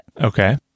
Okay